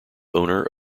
owner